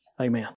Amen